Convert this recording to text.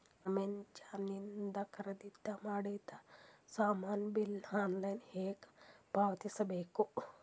Amazon ಇಂದ ಖರೀದಿದ ಮಾಡಿದ ಸಾಮಾನ ಬಿಲ್ ಆನ್ಲೈನ್ ಹೆಂಗ್ ಪಾವತಿಸ ಬೇಕು?